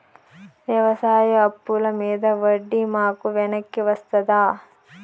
వ్యవసాయ అప్పుల మీద వడ్డీ మాకు వెనక్కి వస్తదా?